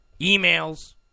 emails